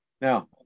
Now